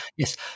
Yes